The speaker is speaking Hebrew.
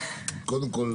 קודם כול,